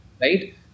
right